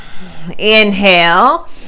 Inhale